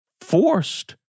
forced